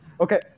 Okay